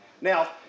Now